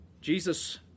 Jesus